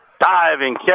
Diving